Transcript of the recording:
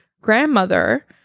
grandmother